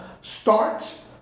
start